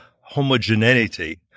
homogeneity